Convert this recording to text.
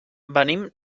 venim